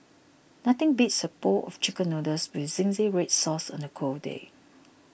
nothing beats a bowl of Chicken Noodles with Zingy Red Sauce on a cold day